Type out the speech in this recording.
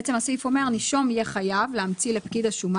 בעצם הסעיף אומר" "הנישום יהיה חייב להמציא לפקיד השומה